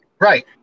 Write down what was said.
Right